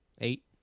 Eight